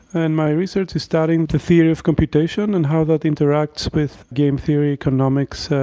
and my research is studying the theory of computation and how that interacts with game theory, economics,